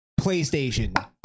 PlayStation